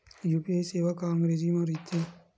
UPI सेवा का अंग्रेजी मा रहीथे?